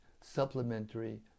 supplementary